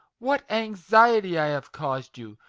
what anxiety i have caused you!